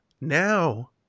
Now